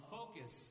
focus